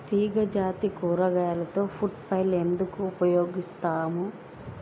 తీగజాతి కూరగాయలలో fruit fly ఎందుకు ఉపయోగిస్తాము?